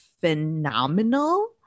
phenomenal